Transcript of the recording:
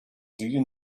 you